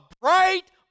bright